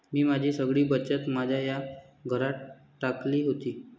मी माझी सगळी बचत माझ्या या घरात टाकली होती